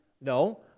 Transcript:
No